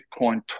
Bitcoin